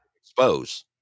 expose